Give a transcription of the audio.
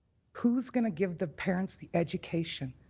who's going to give the parents the education?